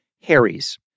Harry's